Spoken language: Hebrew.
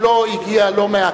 היא לא הגיעה לא מהכעבה,